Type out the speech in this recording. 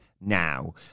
now